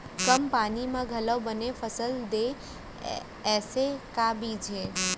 कम पानी मा घलव बने फसल देवय ऐसे का बीज हे?